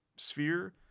sphere